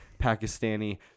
Pakistani